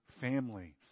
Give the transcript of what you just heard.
family